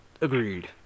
Agreed